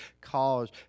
cause